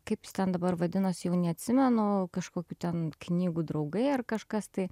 kaip jis ten dabar vadinosi jau neatsimenu kažkokių ten knygų draugai ar kažkas tai